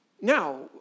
Now